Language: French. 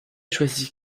choisi